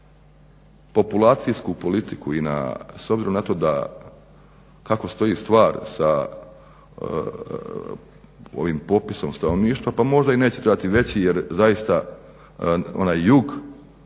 populacijsku politiku i s obzirom na to kako stoji stvar s ovim popisom stanovništva pa možda i neće trebati veći jer zaista onaj jug